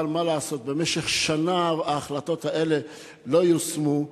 אבל מה לעשות, במשך שנה ההחלטות האלה לא יושמו.